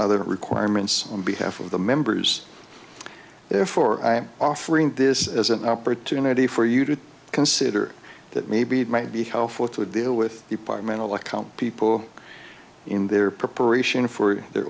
other requirements on behalf of the members therefore i am offering this as an opportunity for you to consider that maybe it might be helpful to deal with departmental account people in their peroration for their